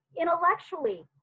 Intellectually